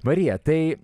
marija tai